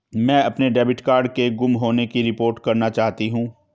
मैं अपने debit card के गुम होने की रिपोर्ट करना चाहती हूँ